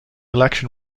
election